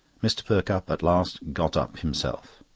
mr. perkupp at last got up himself.